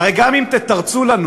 הרי גם אם תתרצו לנו